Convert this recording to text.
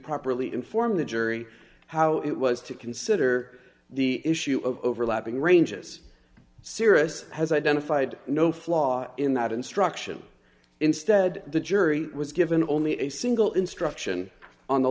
properly inform the jury how it was to consider the issue of overlapping ranges cirrus has identified no flaw in that instruction instead the jury was given only a single instruction on the